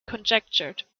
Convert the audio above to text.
conjectured